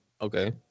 Okay